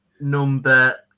number